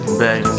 back